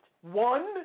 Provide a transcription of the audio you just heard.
One